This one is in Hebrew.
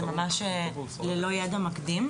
זה ללא ידע מקדים.